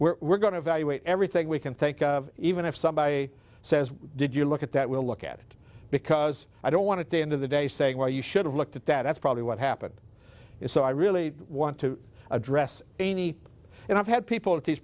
it we're going to valuate everything we can think of even if somebody says did you look at that we'll look at it because i don't want to day end of the day saying why you should have looked at that that's probably what happened so i really want to address any and i've had people